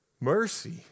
mercy